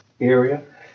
area